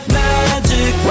magic